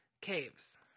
Caves